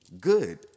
Good